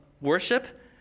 worship